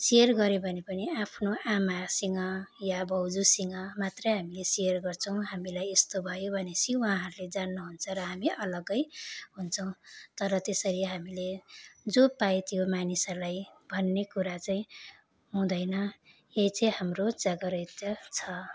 share गरे भने पनि आफ्नो आमासँग या बोजूसँग मात्रै हामीले सेयर गर्छौँ हामीलाई यस्तो भयो भनेपछि उहाँहरूले जान्नुहुन्छ र हामी अलगै हुन्छौँ तर त्यसरी हामीले जो पायो त्यो मानिसहरूलाई भन्ने कुरा चाहिँ हुँदैन यो चाहिँ हाम्रो जागरुकता छ